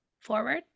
Forward